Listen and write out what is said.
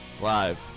Live